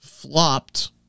flopped